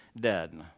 dead